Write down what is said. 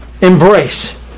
embrace